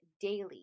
daily